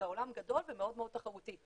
העולם גדול ומאוד תחרותי,